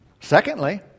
Secondly